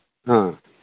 ꯑ